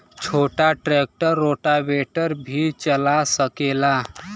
छोटा tractor rotavator भी चला सकेला?